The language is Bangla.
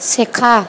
শেখা